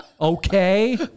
Okay